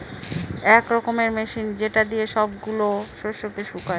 এক রকমের মেশিন যেটা দিয়ে সব গুলা শস্যকে শুকায়